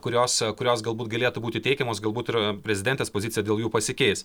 kurios kurios galbūt galėtų būti teikiamos galbūt ir prezidentės pozicija dėl jų pasikeis